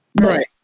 Right